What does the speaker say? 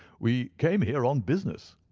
we came here on business,